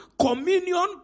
communion